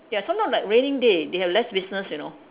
ya sometime like raining day they have less business you know